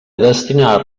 destinar